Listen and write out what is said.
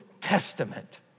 Testament